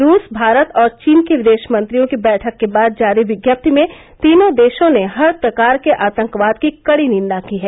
रूस भारत और चीन के विदेश मंत्रियों की बैठक के बाद जारी विज्ञप्ति में तीनों देशों ने हर प्रकार के आतंकवाद की कड़ी निन्दा की है